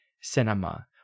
cinema